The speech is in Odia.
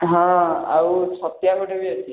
ହଁ ଆଉ ଛତିଆ ଗୁଡି ବି ଅଛି